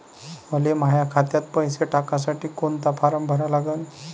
मले माह्या खात्यात पैसे टाकासाठी कोंता फारम भरा लागन?